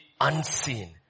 unseen